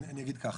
אני אגיד ככה,